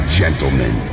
gentlemen